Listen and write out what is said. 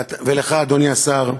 ולך, אדוני השר,